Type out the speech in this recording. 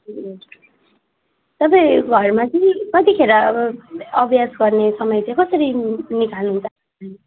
तपाईँ घरमा चाहिँ कतिखेर अब अभ्यास गर्ने समय चाहिँ कसरी निकाल्नुहुन्छ